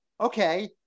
okay